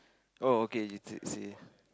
oh okay you did say